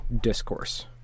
discourse